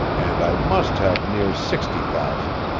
and i must have near sixty thousand.